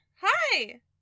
Hi